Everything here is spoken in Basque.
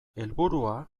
helburua